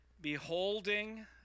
beholding